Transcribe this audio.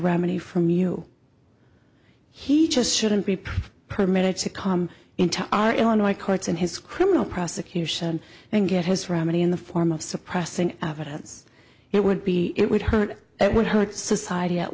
remedy from you he just shouldn't be proof permitted to come into our illinois courts and his criminal prosecution and get his remedy in the form of suppressing evidence it would be it would hurt it would hurt society at